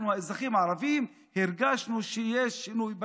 אנחנו האזרחים הערבים הרגשנו שיש שינוי בגישה.